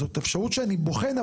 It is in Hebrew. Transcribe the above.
זאת אפשרות שאני בוחן,